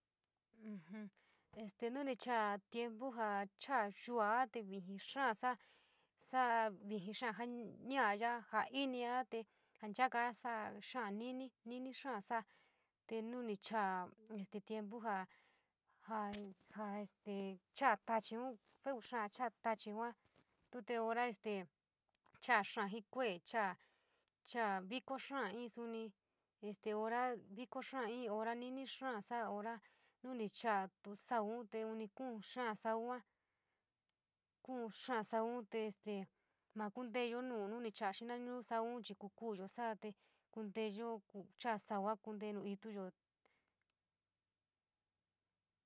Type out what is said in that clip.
este nuni chaa tiempu jaa chaa yu’ua te vijin xáá sa’a, sa’a vijii xáá jaa ña’a yaa, jaa inis te, jaa nchakaa saa xáá ni’ini, ni’inii xáá sa’a, tee nuni chaa tiempu jaa, jaa, ja, este cháá tachiun, feu xaa chaa tachiva, tuu te hora este, chaa xáá jii kue’e, chaa chaa vikoo xáá, jii hora ni’ini xáá sau yua, kúú xáá sauun te este maa kuunteyo nuu ni chaa jaa snaañu’un sauun chii, kuku’uyo sa’ate, kunteyo ku chaa sauva kuuntee nuu ituyo.